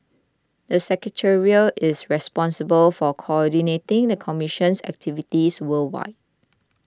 the secretariat is responsible for coordinating the commission's activities worldwide